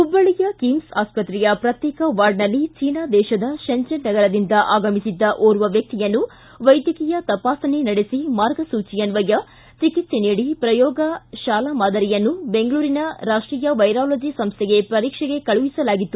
ಹುಬ್ಬಳ್ಳಿಯ ಕಿಮ್ಸ್ ಆಸ್ಪತ್ರೆಯ ಪ್ರತ್ಯೇಕ ವಾರ್ಡನಲ್ಲಿ ಚೀನಾ ದೇಶದ ಶೆಂಜನ್ ನಗರದಿಂದ ಆಗಮಿಸಿದ್ದ ಓರ್ವ ವ್ಯಕ್ತಿಯನ್ನು ವೈದ್ಯಕೀಯ ತಪಾಸಣೆ ನಡೆಸಿ ಮಾರ್ಗಸೂಚಿಯನ್ವಯ ಚಿಕಿತ್ಸೆ ನೀಡಿ ಪ್ರಯೋಗ ಶಾಲಾ ಮಾದರಿಯನ್ನು ಬೆಂಗಳೂರಿನ ರಾಷ್ಟೀಯ ವೈರಾಲಜಿ ಸಂಸ್ಥೆಗೆ ಪರೀಕ್ಷೆಗೆ ಕಳುಹಿಸಲಾಗಿತ್ತು